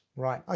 right, ah